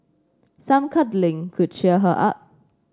some cuddling could cheer her up